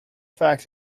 fact